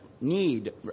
need